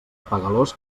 apegalós